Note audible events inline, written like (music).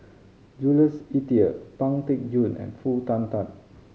Jules Itier Pang Teck Joon and Foo (unintelligible) Tatt